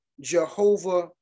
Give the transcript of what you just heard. Jehovah